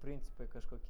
principai kažkokie